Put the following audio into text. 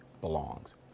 belongs